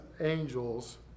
angels